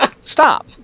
stop